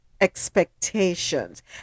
expectations